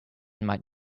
might